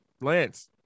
Lance